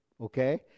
okay